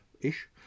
ish